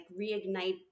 reignite